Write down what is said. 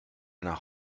nach